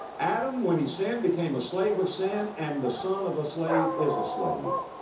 adam, when he sinned, became a slave of sin, and the son of a slave is a slave.